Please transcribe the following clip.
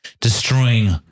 destroying